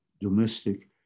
domestic